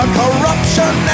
corruption